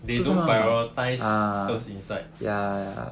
they don't prioritise those inside